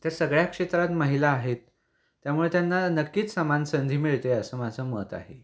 त्या सगळ्या क्षेत्रात महिला आहेत त्यामुळे त्यांना नक्कीच समान संधी मिळते असं माझं मत आहे